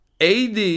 AD